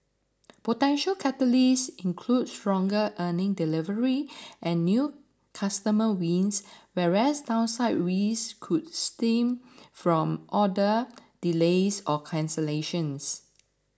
potential catalysts include stronger earnings delivery and new customer wins whereas downside risks could stem from order delays or cancellations